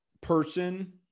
person